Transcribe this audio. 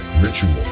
ritual